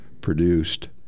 produced